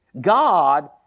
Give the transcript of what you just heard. God